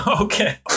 Okay